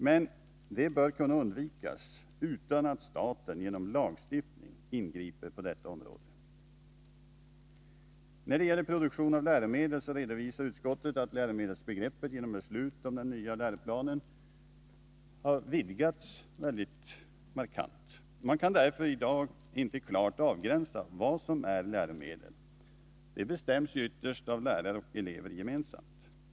Men det bör kunna undvikas utan att staten genom lagstiftning ingriper på detta område. När det gäller produktion av läromedel redovisar utskottet att läromedelsbegreppet genom beslut om den nya läroplanen har vidgats markant. Man kan därför i dag inte klart avgränsa vad som är läromedel. Det bestäms ytterst av lärare och elever gemensamt.